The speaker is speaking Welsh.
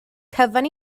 cyfan